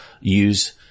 use